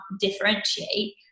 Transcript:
differentiate